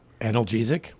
Analgesic